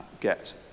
get